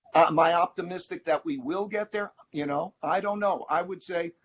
ah am i optimistic that we will get there? you know, i don't know. i would say,